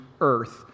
earth